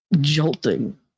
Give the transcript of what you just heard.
jolting